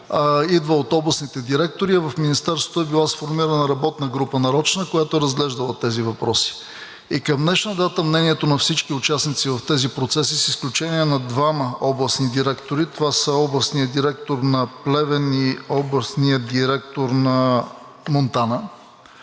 идва от областните директори. В Министерството е била сформирана нарочна работна група, която е разглеждала тези въпроси. И към днешна дата мнението на всички участници в тези процеси, с изключение на двама областни директори – това са областният директор на Плевен и областният директор на Монтана,